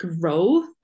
growth